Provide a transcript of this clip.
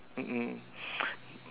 mm mm